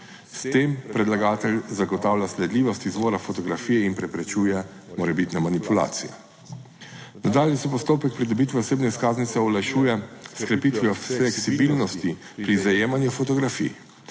S tem predlagatelj zagotavlja sledljivost izvora fotografije in preprečuje morebitne manipulacije. Nadalje se postopek pridobitve osebne izkaznice olajšuje s krepitvijo fleksibilnosti pri zajemanju fotografij.